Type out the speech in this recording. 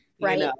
Right